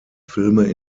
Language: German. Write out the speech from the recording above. filme